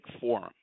forum